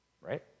right